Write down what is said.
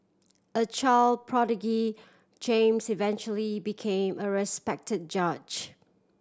a child prodigy James eventually became a respect judge